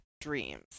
dreams